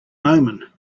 omen